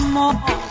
more